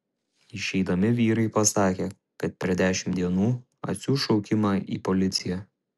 išeidami vyrai pasakė kad per dešimt dienų atsiųs šaukimą į policiją